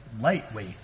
lightweight